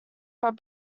but